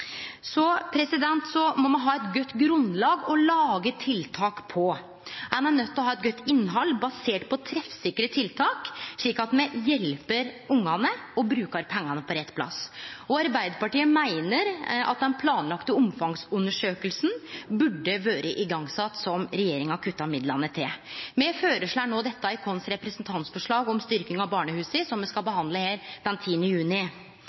Så må me ha eit godt grunnlag å lage tiltak på. Ein er nøydd til å ha eit godt innhald, basert på treffsikre tiltak, slik at me hjelper ungane og brukar pengane på rett plass. Arbeidarpartiet meiner òg at den planlagde omfangsundersøkinga, som regjeringa kutta midlane til, burde ha vore sett i gong. Me føreslår dette i vårt representantforslag om styrking av barnehusa, som me skal behandle her den 10. juni.